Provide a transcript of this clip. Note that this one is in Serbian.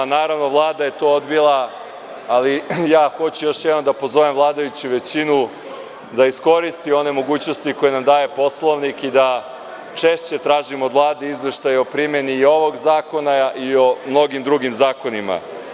Naravno, Vlada je to odbila, ali ja hoću još jednom da pozovem vladajuću većinu da iskoristi one mogućnosti koje nam daje Poslovnik i da češće tražimo od Vlade izveštaj o primeni i ovog zakona i o mnogim drugim zakonima.